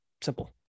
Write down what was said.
simple